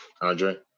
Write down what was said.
Andre